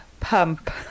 Pump